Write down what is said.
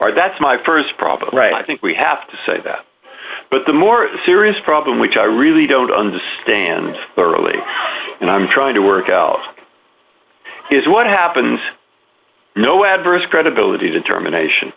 sense that's my st problem i think we have to say that but the more serious problem which i really don't understand thoroughly and i'm trying to work out is what happens no adverse credibility determination